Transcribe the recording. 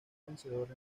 vencedor